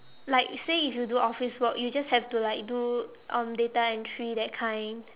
like say if you do office work you just have to like do um data entry that kind